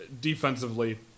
defensively